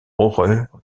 horreur